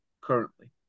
currently